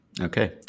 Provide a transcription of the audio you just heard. Okay